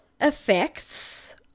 effects